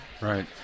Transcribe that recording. Right